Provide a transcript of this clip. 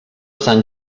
sant